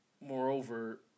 moreover